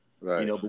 Right